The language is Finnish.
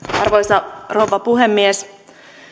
arvoisa rouva puhemies